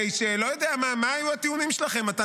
לא יודע מה, מה היו הטיעונים שלכם אז.